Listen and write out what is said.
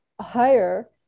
higher